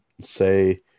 say